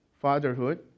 fatherhood